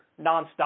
nonstop